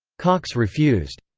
cox refused.